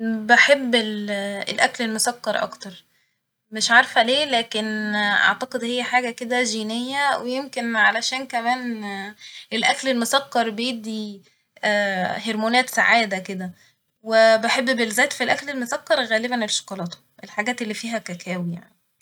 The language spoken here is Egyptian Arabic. بحب ال- الأكل المسكر أكتر ، مش عارفه ليه لكن أعتقد هي حاجة كده جينية ويمكن علشان كمان الأكل المسكر بيدي هرمونات سعادة كده ، و بحب بالزات في الأكل المسكر غالبا الشكولاته ، الحاجات اللي فيها كاكاو يعني